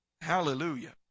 Hallelujah